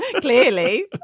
Clearly